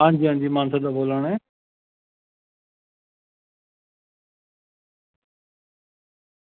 हां जी हां जी मानसर दा बोला ने